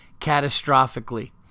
Catastrophically